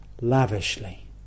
lavishly